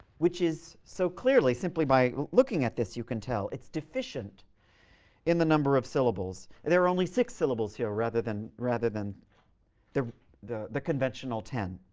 which is so clearly simply by looking at this, you can tell it's deficient in the number of syllables. there are only six syllables here rather than rather than the the conventional ten.